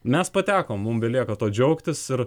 mes patekom mums belieka tuo džiaugtis ir